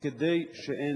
כדי שהן